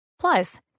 Plus